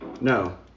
No